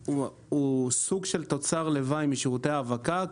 הוא סוג של תוצר לוואי משירותי האבקה.